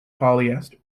polyester